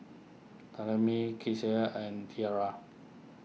Thalami and Tierra